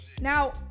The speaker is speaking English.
Now